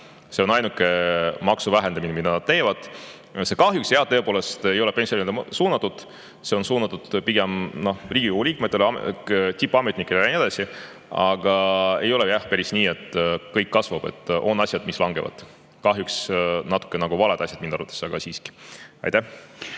See on ainuke maksu vähendamine, mida nad teevad. See kahjuks jah, tõepoolest, ei ole pensionäridele suunatud, see on suunatud pigem Riigikogu liikmetele, tippametnikele ja nii edasi. Aga ei ole jah päris nii, et kõik kasvab, on asju, mis langevad. Kahjuks natuke nagu valed asjad minu arvates, aga siiski. Aitäh!